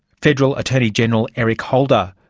federal attorney general eric holder.